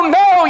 no